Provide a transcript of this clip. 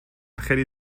خیلی